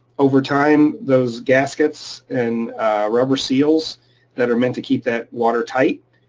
over time, those gaskets and rubber seals that are meant to keep that water tight,